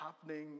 happening